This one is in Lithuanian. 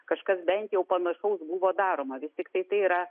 kažkas bent jau panašaus buvo daroma vis tiktai tai yra